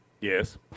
yes